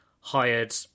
hired